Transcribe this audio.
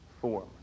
form